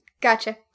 Gotcha